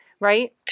right